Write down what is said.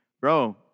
bro